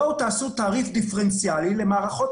בואו תעשו תעריף דיפרנציאלי למערכות